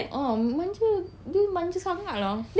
a'ah manja dia manja sangat lah